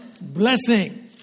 blessing